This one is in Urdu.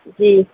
جی